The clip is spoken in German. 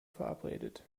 verabredet